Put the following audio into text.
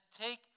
take